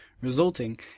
resulting